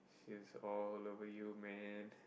she's all over you man